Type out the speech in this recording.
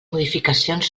modificacions